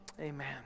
Amen